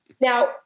Now